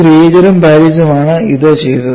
ക്രിയേജറും പാരീസും ആണ് ഇത് ചെയ്തത്